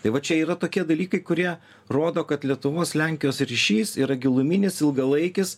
tai va čia yra tokie dalykai kurie rodo kad lietuvos lenkijos ryšys yra giluminis ilgalaikis